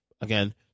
again